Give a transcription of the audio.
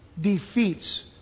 defeats